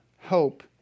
hope